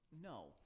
No